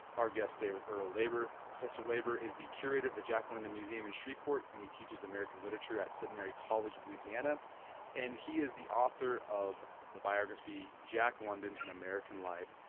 our guess today was earle labor, professor labor is the curate of the jack london museum in shreveport and he teaches american literature at centenary college, louisiana and he is the author of the biography jack london an american life.